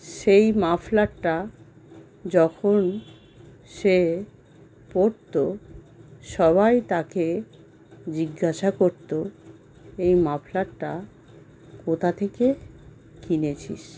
সেই মাফলারটা যখন সে পরত সবাই তাকে জিজ্ঞাসা করত এই মাফলারটা কোথা থেকে কিনেছিস